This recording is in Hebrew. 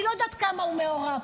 אני לא יודעת כמה הוא מעורב,